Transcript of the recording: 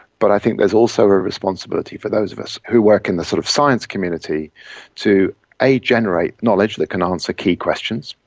but i think there is also a responsibility for those of us who work in the sort of science community to generate knowledge that can answer key questions,